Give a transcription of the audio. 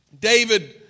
David